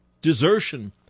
DESERTION